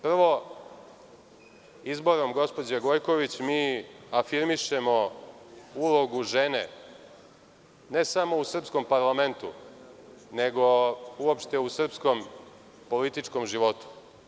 Prvo, izborom gospođe Gojković mi afirmišemo ulogu žene, ne samo u srpskom parlamentu nego uopšte u srpskom političkom životu.